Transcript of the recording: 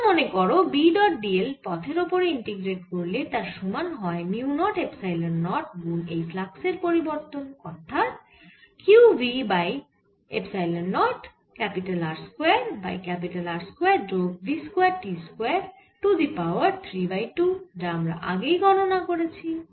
এবার মনে করো B ডট dl পথের ওপরে ইন্টিগ্রেট করলে তার সমান হয় মিউ নট এপসাইলন নট গুন এই ফ্লাক্সের পরিবর্তন অর্থাৎ q v by epsilon nought R square by R square যোগ v square t square to the power 3 by 2 যা আমরা আগেই গণনা করেছি